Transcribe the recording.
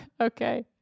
okay